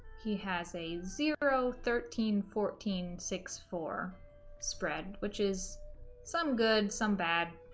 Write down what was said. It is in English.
he has a zero thirteen fourteen six four spread which is some good some bad